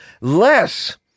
less